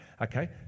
Okay